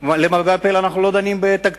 למרבה הפלא, היום אנחנו לא דנים בתקציב.